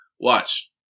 Watch